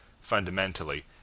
fundamentally